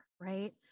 right